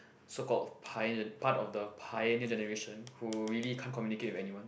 so called pio~ part of the Pioneer Generation who really can't communicate with anyone